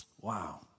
Wow